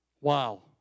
Wow